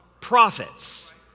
prophets